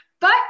But-